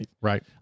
Right